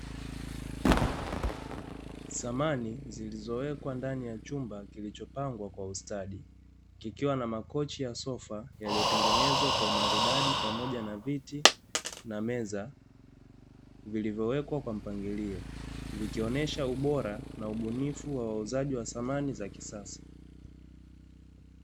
Thamani zilizowekwa ndani ya chumba kilichopangwa kwa ustadi, kikiwa na makochi ya sofa yaliyotengenezwa kwa umaridadi pamoja na viti na meza, vilivyowekwa kwa mpangilio vikionesha ubora na ubunifu wa wauzaji wa thamani wa kisasa.